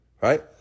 Right